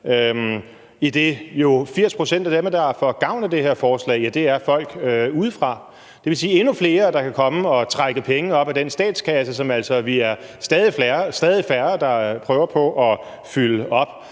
80 pct. af dem, der får gavn af det her forslag, jo er folk udefra – dvs. endnu flere, der kan komme og trække penge op af den statskasse, som vi altså er stadig færre der prøver på at fylde op.